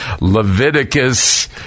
Leviticus